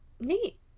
Neat